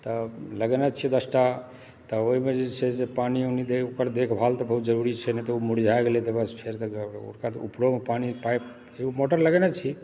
तऽ लगेने छियै दसटा तऽ ओहिमे जे छै से पानी ऊनी दय छी ओकर देखभाल तऽ बहुत जरुरी छै नहि तऽ ओ मुरझा गेलै तऽ बस फेर तऽ गड़बड़ तऽ ओकरोमे पानी पाइप मोटर लगेने छी